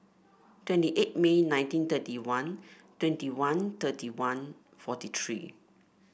twenty eight May nineteen thirty one twenty one thirty one forty three